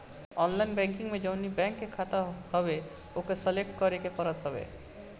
online banking में जवनी bank के खाता हवे ओके सलेक्ट करे के पड़त हवे